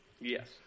Yes